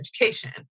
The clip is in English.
education